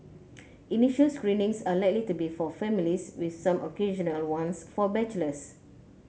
initial screenings are likely to be for families with some occasional ones for bachelors